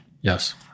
Yes